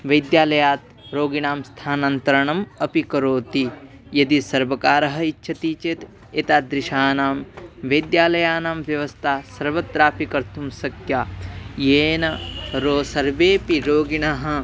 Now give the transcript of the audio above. वैद्यालयात् रोगिणां स्थानान्तरणम् अपि करोति यदि सर्वकारः इच्छति चेत् एतादृशानां वैद्यालयानां व्यवस्था सर्वत्रापि कर्तुं शक्या येन रो सर्वेऽपि रोगिणः